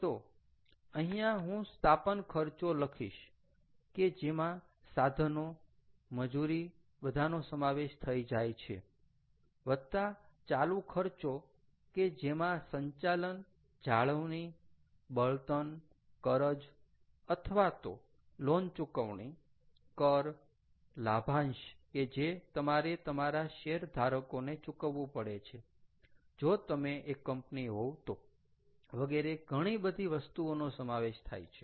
તો અહીંયા હું સ્થાપન ખર્ચો લખીશ કે જેમાં સાધનો મજુરી બધાનો સમાવેશ થઈ જાય છે વત્તા ચાલુ ખર્ચો કે જેમાં સંચાલન જાળવણી બળતણ કરજ અથવા તો લોન ચૂકવણી કર લાભાંશ કે જે તમારે તમારા શેરધારકોને ચૂકવવું પડે છે જો તમે એક કંપની હોવ તો વગેરે ઘણી બધી વસ્તુઓનો સમાવેશ થાય છે